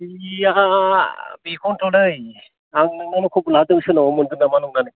जेया बेखौथ'लै आं नोंनावनो खबर लाहरदों सोरनावबा मोनगोन नामा नंनानै